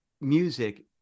music